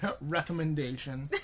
recommendation